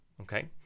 Okay